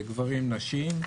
גברים ונשים,